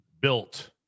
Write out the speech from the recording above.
built